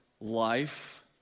life